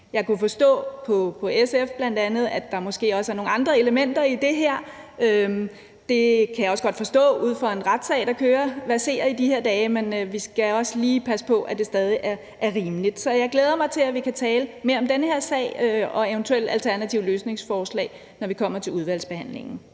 Jeg kunne forstå på bl.a. SF, at der måske også er nogle andre elementer i det her. Det kan jeg også godt forstå ud fra en retssag, der verserer i de her dage, men vi skal også lige passe på med, at det stadig er rimeligt. Så jeg glæder mig til, at vi kan tale mere om den her sag og eventuelt alternative løsningsforslag, når vi kommer til udvalgsbehandlingen.